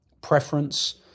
preference